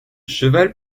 cheval